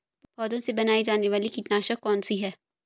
पौधों से बनाई जाने वाली कीटनाशक कौन सी है?